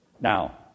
Now